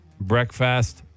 Breakfast